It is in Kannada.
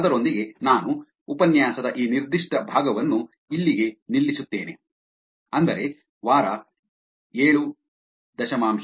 ಅದರೊಂದಿಗೆ ನಾನು ಉಪನ್ಯಾಸದ ಈ ನಿರ್ದಿಷ್ಟ ಭಾಗವನ್ನು ಇಲ್ಲಿಗೆ ನಿಲ್ಲಿಸುತ್ತೇನೆ ಅಂದರೆ ವಾರ 7